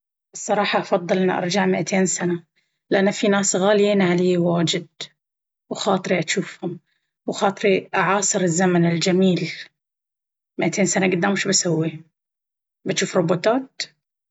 الصراحة أفضل ارجع مئتين سنة، لأن في ناس غاليين علي واجد وخاطري أجوفهم وخاطري أعاصر الزمن الجميل... مئتين سنة قدام وش بسوي؟ بجوف روبوتات!